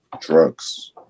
drugs